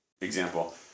example